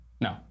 No